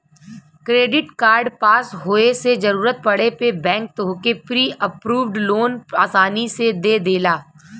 credit card पास होये से जरूरत पड़े पे बैंक तोहके प्री अप्रूव्ड लोन आसानी से दे देला